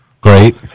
Great